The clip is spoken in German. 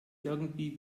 irgendwie